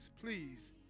please